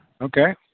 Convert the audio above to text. Okay